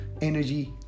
energy